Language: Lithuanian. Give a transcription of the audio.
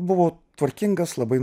buvau tvarkingas labai